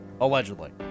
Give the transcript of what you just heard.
Allegedly